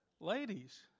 Ladies